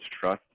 trust